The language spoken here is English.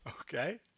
Okay